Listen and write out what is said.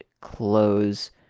close